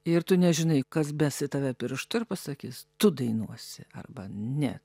ir tu nežinai kas bes į tave pirštu ir pasakis tu dainuosi arba ne